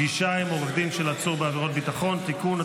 (פגישה עם עורך דין של עצור בעבירת ביטחון) (תיקון),